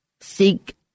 Seek